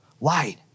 light